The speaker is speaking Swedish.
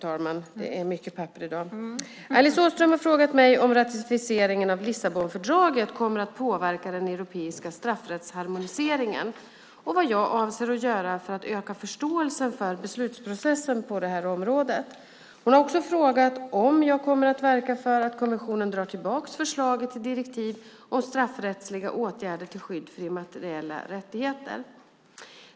Fru talman! Alice Åström har frågat mig om ratificeringen av Lissabonfördraget kommer att påverka den europeiska straffrättsharmoniseringen och vad jag avser att göra för att öka förståelsen för beslutsprocessen på detta område. Hon har också frågat om jag kommer att verka för att kommissionen drar tillbaka förslaget till direktiv om straffrättsliga åtgärder till skydd för immateriella rättigheter.